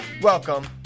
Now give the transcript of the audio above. Welcome